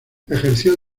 ejerció